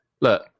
look